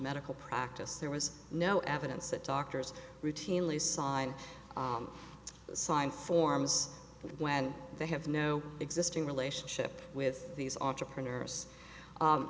medical practice there was no evidence that doctors routinely signed signed forms when they have no existing relationship with these entrepreneurs